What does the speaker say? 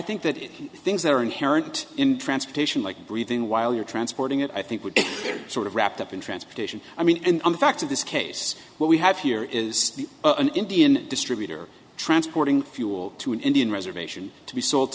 think that is things that are inherent in transportation like breathing while you're transporting it i think would be sort of wrapped up in transportation i mean in fact of this case what we have here is an indian distributor transporting fuel to an indian reservation to be s